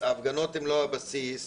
שההפגנות הן לא הבסיס